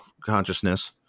consciousness